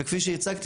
וכפי שהצגתי,